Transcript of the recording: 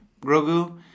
Grogu